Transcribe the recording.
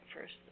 first